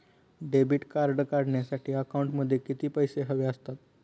Debit card काढण्यासाठी अकाउंटमध्ये किती पैसे हवे असतात?